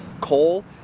coal